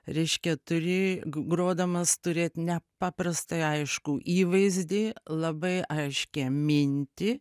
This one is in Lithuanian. reiškia turi grodamas turėt nepaprastai aiškų įvaizdį labai aiškią mintį